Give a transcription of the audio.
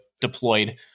deployed